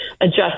adjust